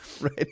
Right